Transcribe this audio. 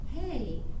hey